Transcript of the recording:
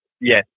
Yes